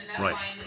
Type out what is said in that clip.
Right